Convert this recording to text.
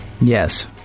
Yes